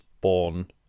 born